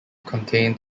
contained